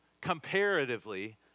Comparatively